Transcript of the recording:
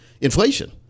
inflation